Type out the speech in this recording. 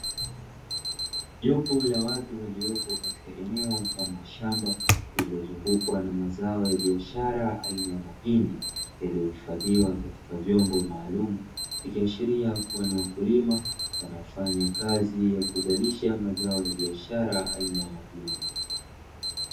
Jopo la watu waliopo katika eneo mfano wa shamba lililo zungukwa na mazao ya biashara aina ya mahindi yaliyo hifadhiwa katika vyombo maalumu, ikiashiria kua ni wakulima wanafanya kazi ya kuzalisha mazao ya biashara aina ya mahindi.